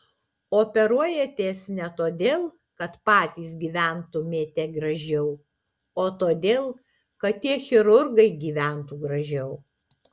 operuojatės ne todėl kad patys gyventumėte gražiau o todėl kad tie chirurgai gyventų gražiau